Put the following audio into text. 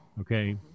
okay